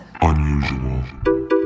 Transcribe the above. unusual